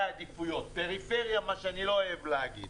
עדיפויות פריפריה מה שאני לא אוהב להגיד.